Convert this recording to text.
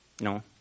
No